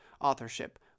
authorship